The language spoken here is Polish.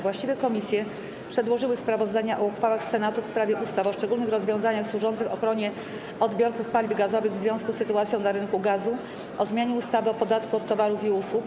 Właściwe komisje przedłożyły sprawozdania o uchwałach Senatu w sprawie ustaw: - o szczególnych rozwiązaniach służących ochronie odbiorców paliw gazowych w związku z sytuacją na rynku gazu, - o zmianie ustawy o podatku od towarów i usług.